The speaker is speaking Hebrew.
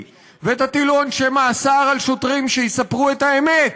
ותטילו עונשי מאסר על שוטרים שיספרו את האמת